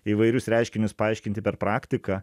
įvairius reiškinius paaiškinti per praktiką